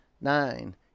nine